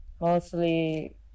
mostly